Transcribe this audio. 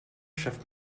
schafft